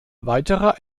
weiterer